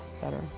better